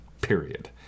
Period